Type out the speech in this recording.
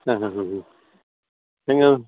ಹಾಂ ಹಾಂ ಹ್ಞೂ ಹ್ಞೂ ಹೇಗೂ